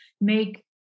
make